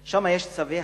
שזה בשגור בצפון.